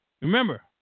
Remember